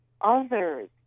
others